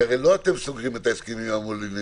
כי הרי לא אתם סוגרים את ההסכמים עם המלוניות,